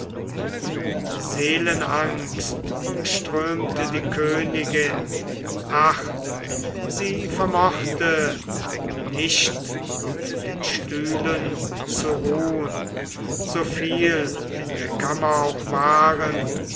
seelenangst umströmte die königin ach sie vermochte nicht auf den stühlen zu ruhn so viel in der kammer auch waren